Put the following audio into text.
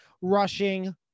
rushing